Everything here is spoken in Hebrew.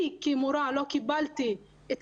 אני כמורה לא קיבלתי את